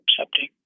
accepting